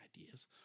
ideas